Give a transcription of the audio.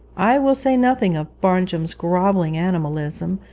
i will say nothing of barnjum's grovelling animalism,